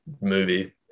movie